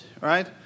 right